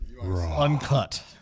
Uncut